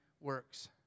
works